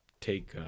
take